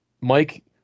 Mike